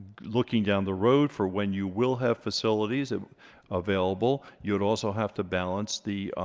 looking down the road for when you will have facilities available you would also have to balance the